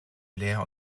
blair